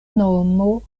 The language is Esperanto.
nomo